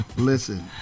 Listen